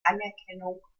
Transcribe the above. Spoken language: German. anerkennung